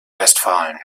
westfalen